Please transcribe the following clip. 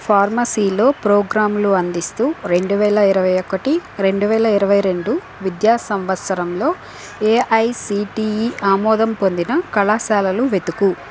pharmacy లో ప్రోగ్రాంలు అందిస్తు రెండు వేల ఇరవై ఒకటి రెండు వేల ఇరవై రెండు విద్యా సంవత్సరంలో ఏఐసిటీఈ ఏఐసిటిఈ ఆమోదం పొందిన కళాశాలలు వెతుకు